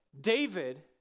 David